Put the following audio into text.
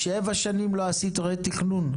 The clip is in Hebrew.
שבע שנים לא עשית רה תכנון?